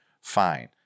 fine